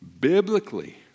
Biblically